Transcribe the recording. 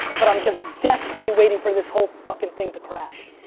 but i'm just desperately waiting for this whole fucking thing to crash.